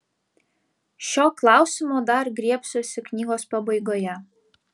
šio klausimo dar griebsiuosi knygos pabaigoje